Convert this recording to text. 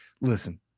Listen